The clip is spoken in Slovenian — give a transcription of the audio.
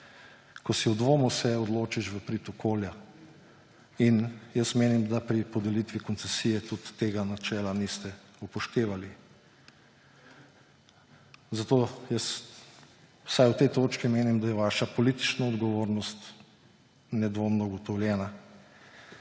Ko si v dvomu, se odločiš v prid okolja. In jaz menim, da pri podelitvi koncesije tudi tega načela niste upoštevali, zato jaz vsaj v tej točki menim, da je vaša politična odgovornost nedvomno ugotovljena.